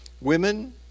Women